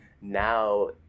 now